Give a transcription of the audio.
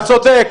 אתה צודק.